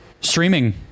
streaming